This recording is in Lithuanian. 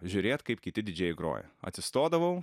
žiūrėt kaip kiti didžėjai groja atsistodavau